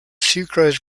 sucrose